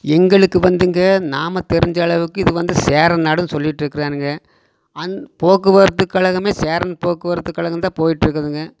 எங்களுக்கு வந்துங்க நாம தெரிஞ்சளவுக்கு இது வந்து சேர நாடுனு சொல்லிட்டு இருக்கிறானுங்க அந்த போக்குவரத்து கழகமே சேரன் போக்குவரத்து கழகந்தான் போய்ட்டு இருக்குதுங்க